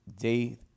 day